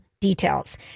details